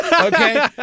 Okay